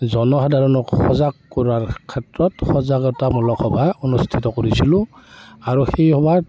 জনসাধাৰনক সজাগ কৰাৰ ক্ষেত্ৰত সজাগতা মূলক সভা অনুষ্ঠিত কৰিছিলোঁ আৰু সেই সভাত